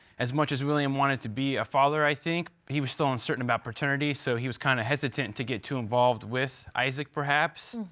as much as william wanted to be a father, i think, he was still uncertain about paternity, so he was kind of hesitant to get too involved with isaac perhaps.